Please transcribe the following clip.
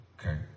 Okay